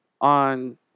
on